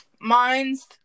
mine's